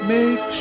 Make